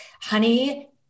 honey